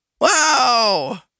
Wow